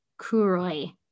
Kuroi